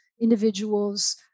individuals